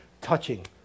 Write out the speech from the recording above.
touching